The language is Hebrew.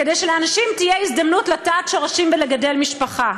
כדי שלאנשים תהיה הזדמנות לטעת שורשים ולגדל משפחה.